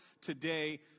today